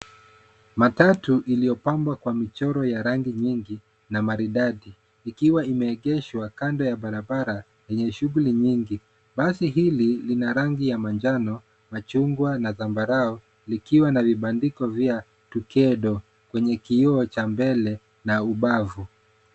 Matatu iliyopambwa kwa michoro ya rangi nyingi, na maridadi, ikiwa imeegeshwa kando ya barabara, yenye shughuli nyingi. Basi hili lina rangi ya manjano, machungwa, na zambarau, likiwa na vibandiko vya Tuxedo kwenye kioo cha mbele, na ubavu.